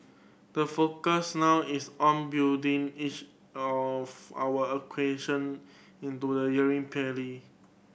the focus now is on building each of our acquisition into the earning pearly